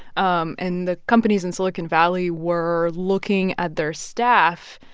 um and the companies in silicon valley were looking at their staff.